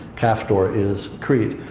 caphtor is crete.